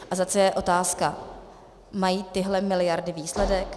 A zase je otázka mají tyhle miliardy výsledek?